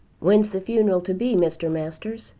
when's the funeral to be, mr. masters?